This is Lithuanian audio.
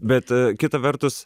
bet kita vertus